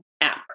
app